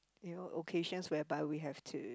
you know occasions whereby we have to